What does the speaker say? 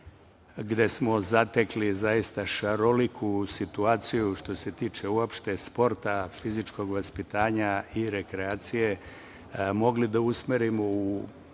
gde smo zatekli zaista šaroliku situaciju, što se tiče uopšte sporta fizičkog vaspitanja i rekreacije, mogli da usmerimo u